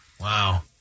Wow